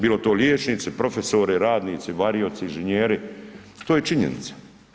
Bilo to liječnici, profesori, radnici, varioci, inženjeri, to je činjenica.